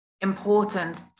important